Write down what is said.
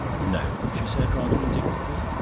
no, she said, rather indignantly,